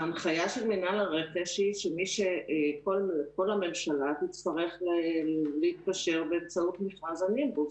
הנחיה של מינהל הרכש היא שכל הממשלה תצטרך להתקשר באמצעות מכרז הנימבוס.